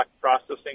processing